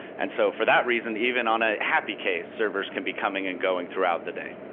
and so for that reason, even on a happy case, servers can be coming and going throughout the day.